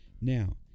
now